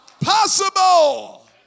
Possible